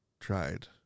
tried